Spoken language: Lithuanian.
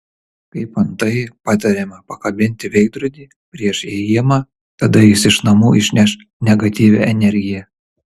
kaip antai patariama pakabinti veidrodį prieš įėjimą tada jis iš namų išneš negatyvią energiją